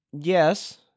yes